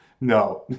No